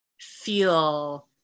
feel